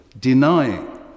denying